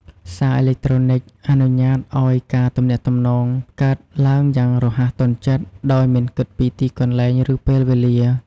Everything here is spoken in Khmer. សារអេឡិចត្រូនិចអនុញ្ញាតឲ្យការទំនាក់ទំនងកើតឡើងយ៉ាងរហ័សទាន់ចិត្ត ដោយមិនគិតពីទីកន្លែង ឬពេលវេលា។